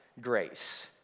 grace